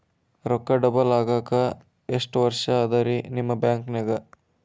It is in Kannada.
ರೊಕ್ಕ ಡಬಲ್ ಆಗಾಕ ಎಷ್ಟ ವರ್ಷಾ ಅದ ರಿ ನಿಮ್ಮ ಬ್ಯಾಂಕಿನ್ಯಾಗ?